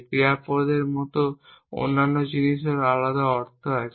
ক্রিয়াপদের মত অন্যান্য জিনিসেরও আলাদা অর্থ আছে